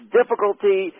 difficulty